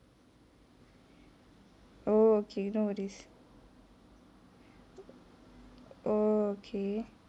oh okay no worries oh okay